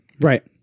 Right